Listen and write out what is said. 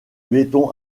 béton